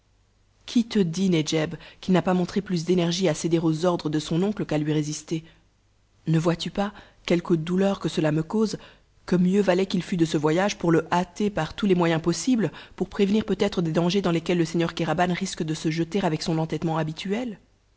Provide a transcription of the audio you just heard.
qui te dit nedjeb qu'il n'a pas montré plus d'énergie à céder aux ordres de son oncle qu'à lui résister ne vois-tu pas quelque douleur que cela me cause que mieux valait qu'il fût de ce voyage pour le hâter par tous les moyens possibles pour prévenir peut-être des dangers dans lesquels le seigneur kéraban risque de se jeter avec son entêtement habituel